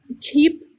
keep